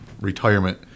retirement